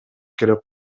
керек